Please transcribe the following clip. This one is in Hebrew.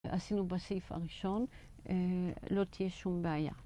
עשינו בסעיף הראשון, לא תהיה שום בעיה.